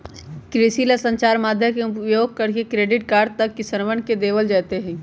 कृषि ला संचार माध्यम के उपयोग करके क्रेडिट कार्ड तक किसनवन के देवल जयते हई